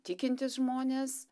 tikintys žmonės